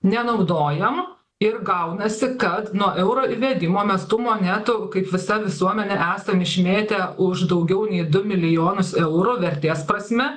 nenaudojam ir gaunasi kad nuo euro įvedimo mes tų monetų kaip visa visuomenė esam išmėtę už daugiau nei du milijonus eurų vertės prasme